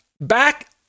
back